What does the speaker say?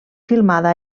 filmada